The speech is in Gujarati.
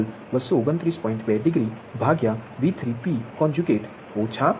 2 ડિગ્રી ભગ્યા ઓછા 0